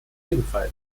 ebenfalls